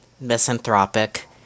misanthropic